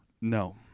No